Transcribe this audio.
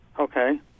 Okay